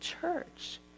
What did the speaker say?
church